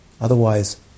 Otherwise